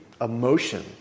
emotion